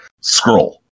scroll